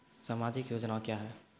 समाजिक योजना क्या हैं?